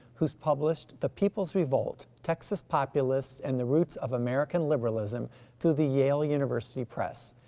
who's published the people's revolt texas populists and the roots of american liberalism through the yale university press.